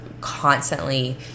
constantly